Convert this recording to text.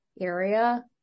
area